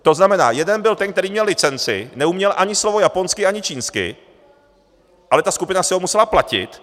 To znamená, jeden byl ten, který měl licenci, neuměl ani slovo japonsky ani čínsky, ale ta skupina si ho musela platit.